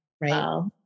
right